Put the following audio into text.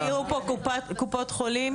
היו פה קופות חולים